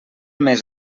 més